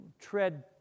tread